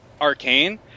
Arcane